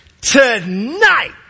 Tonight